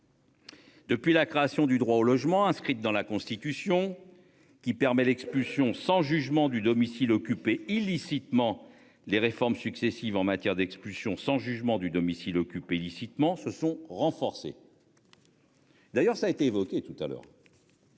Depuis la création du droit au logement inscrite dans la Constitution qui permet l'expulsion sans jugement du domicile occupées illicitement. Les réformes successives en matière d'expulsions sans jugement du domicile occupées illicitement se sont renforcées. D'ailleurs ça a été évoqué tout à l'heure.